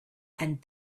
and